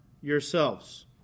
yourselves